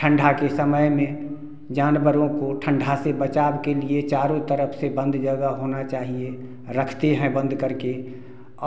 ठंडा के समय में जानवरों को ठंडा से बचाव के लिए चारों तरफ से बंद जगह होना चाहिए रखते हैं बंद करके